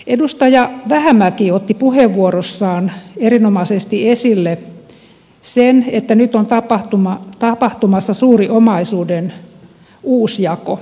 edustaja vähämäki otti puheenvuorossaan erinomaisesti esille sen että nyt on tapahtumassa suuri omaisuuden uusjako euroopassa